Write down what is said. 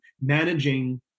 managing